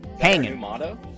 Hanging